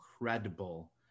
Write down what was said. incredible